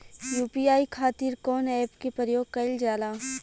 UPI खातीर कवन ऐपके प्रयोग कइलजाला?